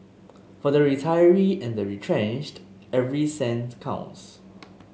for the retiree and the retrenched every cent counts